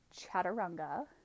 chaturanga